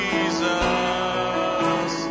Jesus